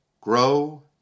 Grow